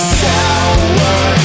sour